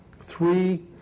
three